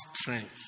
strength